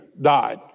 died